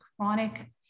chronic